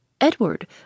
Edward